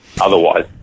Otherwise